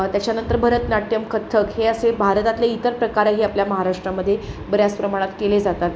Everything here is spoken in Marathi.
त्याच्यानंतर भरतनाट्यम कथ्थक हे असे भारतातले इतर प्रकारही आपल्या महाराष्ट्रामध्ये बऱ्याच प्रमाणात केले जातात